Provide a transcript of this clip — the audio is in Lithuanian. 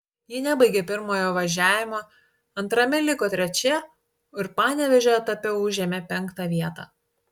ji nebaigė pirmojo važiavimo antrame liko trečia ir panevėžio etape užėmė penktą vietą